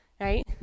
right